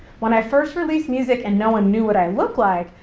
when i first released music and no one knew what i looked like,